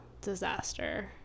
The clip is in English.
disaster